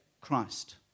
Christ